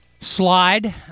slide